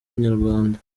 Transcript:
inyarwanda